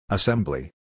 Assembly